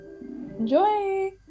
Enjoy